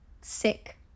sick